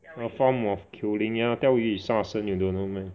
a form of killing ya 钓鱼 is 杀生 you don't know meh